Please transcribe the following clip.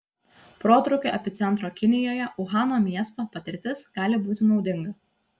protrūkio epicentro kinijoje uhano miesto patirtis gali būti naudinga